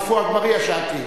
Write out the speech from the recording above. עפו אגבאריה שאלתי.